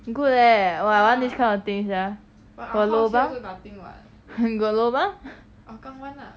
good leh !wah! I want this kind of thing sia got lobang got lobang